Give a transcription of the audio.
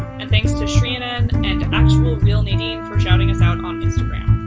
and thanks to shriannan and actual real nadine for shouting us out on instagram!